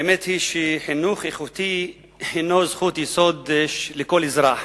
האמת היא שחינוך איכותי הוא זכות יסוד לכל אזרח,